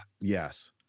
Yes